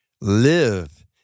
live